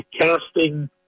casting